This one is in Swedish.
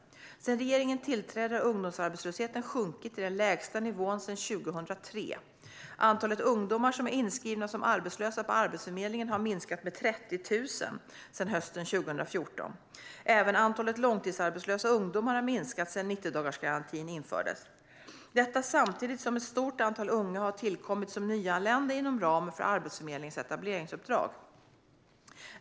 Sedan regeringen tillträdde har ungdomsarbetslösheten sjunkit till den lägsta nivån sedan 2003. Antalet ungdomar som är inskrivna som arbetslösa på Arbetsförmedlingen har minskat med 30 000 sedan hösten 2014. Även antalet långtidsarbetslösa ungdomar har minskat sedan 90-dagarsgarantin infördes. Detta har skett samtidigt som ett stort antal unga har tillkommit som nyanlända inom ramen för Arbetsförmedlingens etableringsuppdrag.